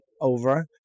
over